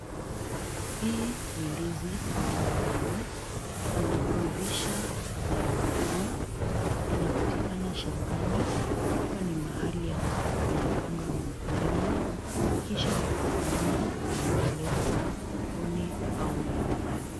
Hii ni ndizi lililokomaa, ni la kuivisha kabla ya kulwa, linapatikana shambani, hapa ni mahali ambapo inapandwa na mkulima, kisha yakikomaa yanapelekwa sokoni au nyumbani.